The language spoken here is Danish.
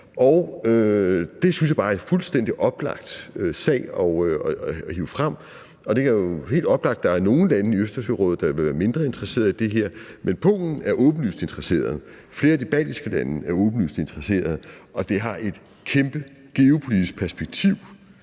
Det synes jeg bare er en fuldstændig oplagt sag at hive frem. Det er jo helt oplagt, at der er nogle lande i Østersørådet, der vil være mindre interesserede i det her, men Polen er åbenlyst interesseret, og flere af de baltiske lande er åbenlyst interesserede, og det har et kæmpe geopolitisk perspektiv,